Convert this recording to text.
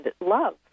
love